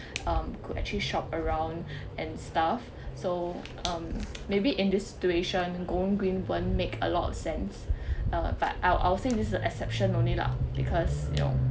um could actually shop around and stuff so um maybe in this situation going green won't make a lot of sense uh but I'll I'll say this exception only lah because you know